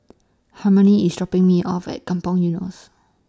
Harmony IS Shopping Me off At Kampong Eunos